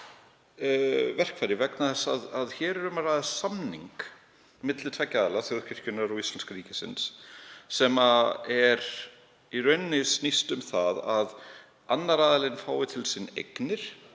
verkfæri vegna þess að hér er um að ræða samning milli tveggja aðila, þjóðkirkjunnar og íslenska ríkisins, sem snýst í rauninni um það að annar aðilinn fái til sín eignir,